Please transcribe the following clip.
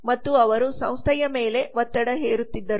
ಮತ್ತು ಅವರು ಸಂಸ್ಥೆಯ ಮೇಲೆ ಒತ್ತಡ ಹೇರುತ್ತಿದ್ದರು